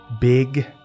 big